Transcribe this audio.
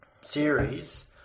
series